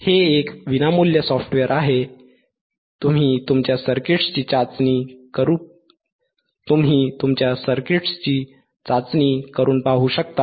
हे एक विनामूल्य सॉफ्टवेअर आहे तुम्ही तुमच्या सर्किट्सची चाचणी करून पाहू शकता